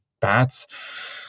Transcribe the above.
bats